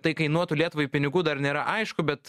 tai kainuotų lietuvai pinigų dar nėra aišku bet